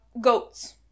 goats